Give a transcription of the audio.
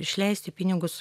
išleisti pinigus